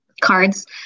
cards